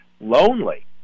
lonely